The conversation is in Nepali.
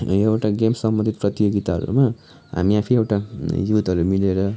एउटा गेम्स सम्बन्धित प्रतियोगिताहरूमा हामी आफै एउटा युथहरू मिलेर